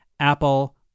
Apple